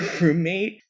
roommate